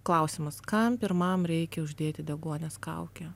klausimas kam pirmam reikia uždėti deguonies kaukę